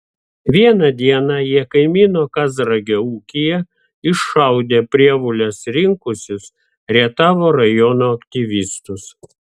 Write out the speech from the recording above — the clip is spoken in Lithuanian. vieną dieną jie kaimyno kazragio ūkyje iššaudė prievoles rinkusius rietavo rajono aktyvistus